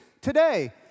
today